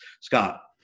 scott